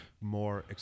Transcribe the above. more